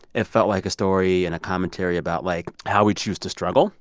it felt like a story and a commentary about, like, how we choose to struggle